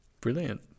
brilliant